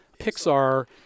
Pixar